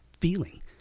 feeling